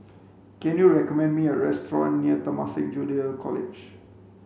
can you recommend me a restaurant near Temasek Junior College